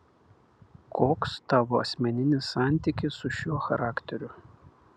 koks tavo asmeninis santykis su šiuo charakteriu